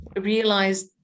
realize